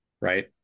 right